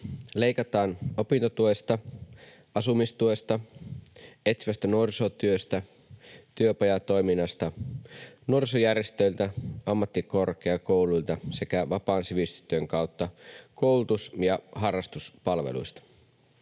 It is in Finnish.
Leikataan opintotuesta, asumistuesta, etsivästä nuorisotyöstä, työpajatoiminnasta, nuorisojärjestöiltä, ammattikorkeakouluilta sekä vapaan sivistystyön kautta koulutus- ja harrastuspalveluista.